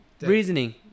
reasoning